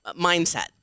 mindset